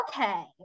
okay